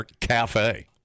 cafe